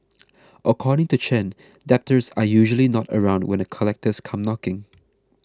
according to Chen debtors are usually not around when the collectors come knocking